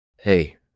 Hey